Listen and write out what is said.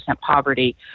poverty